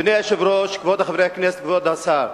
אדוני היושב-ראש, כבוד חברי הכנסת, כבוד השר,